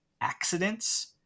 accidents